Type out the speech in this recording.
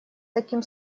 таким